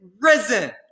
risen